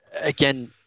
Again